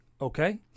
Okay